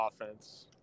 offense